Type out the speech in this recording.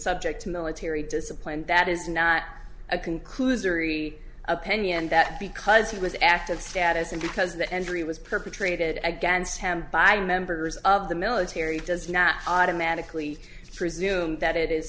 subject to military discipline that is not a conclusory opinion that because he was active status and because the entry was perpetrated against him by members of the military does not automatically presume that it is